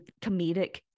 comedic